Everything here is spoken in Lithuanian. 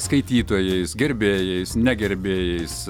skaitytojais gerbėjais negerbėjais